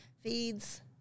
feeds